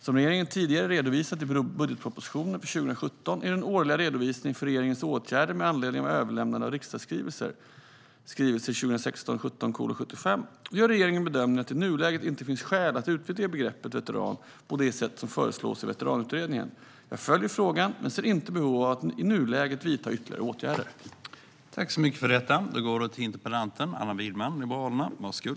Som regeringen tidigare har redovisat i budgetpropositionen för 2017 och i den årliga redovisningen för regeringens åtgärder med anledning av överlämnade riksdagsskrivelser, skrivelse 2016/17:75, gör regeringen bedömningen att det i nuläget inte finns skäl att utvidga begreppet veteran på det sätt som föreslås i Veteranutredningen. Jag följer frågan men ser inte behov att i nuläget vidta ytterligare åtgärder.